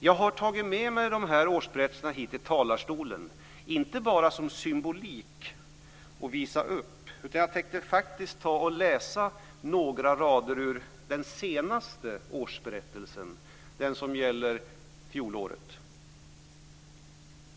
Jag har tagit med mig dessa årsberättelser upp i talarstolen, inte bara för att symboliskt visa upp dem. Jag ska läsa upp några rader ur den senaste årsberättelsen, som gäller fjolårets förvaltning.